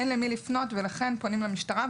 אין למי לפנות ולכן פונים למשטרה,